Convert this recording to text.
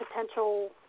potential